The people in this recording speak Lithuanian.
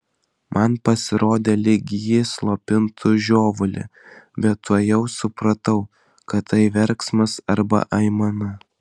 man pasirodė lyg ji slopintų žiovulį bet tuojau supratau kad tai verksmas arba aimana